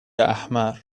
احمر